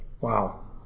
Wow